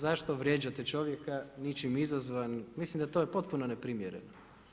Zašto vrijeđate čovjeka ničim izazvan, mislim da je to potpuno neprimjereno.